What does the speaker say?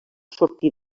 sortir